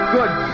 good